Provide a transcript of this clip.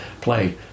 play